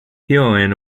heroin